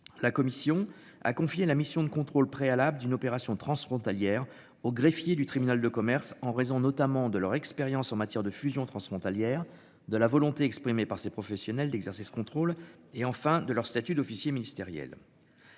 La commission a confié la mission de contrôle préalable d'une opération transfrontalière au greffier du tribunal de commerce, en raison notamment de leur expérience en matière de fusions transfrontalières de la volonté exprimée par ces professionnels d'exercer ce contrôle et enfin de leur statut d'officier ministériel.